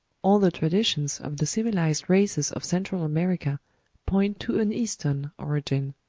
all the traditions of the civilized races of central america point to an eastern origin.